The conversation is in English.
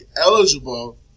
eligible